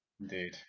Indeed